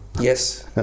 Yes